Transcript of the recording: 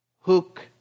Hook